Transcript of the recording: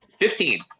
Fifteen